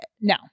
No